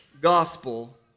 gospel